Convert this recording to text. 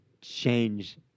change